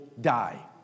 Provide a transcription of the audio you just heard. die